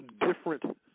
different